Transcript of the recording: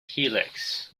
helix